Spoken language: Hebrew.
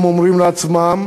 הם אומרים לעצמם,